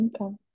Okay